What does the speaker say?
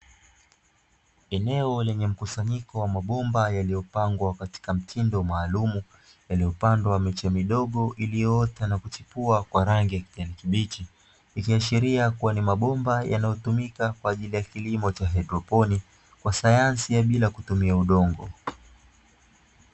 Eneo lenye mkusanyiko wa mabomba lenye uoto wa kijani kibichi ikionekana ni mabomba yanayotumika kwa umwagiliaji